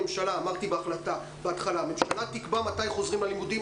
הממשלה תקבע מתי חוזרים ללימודים.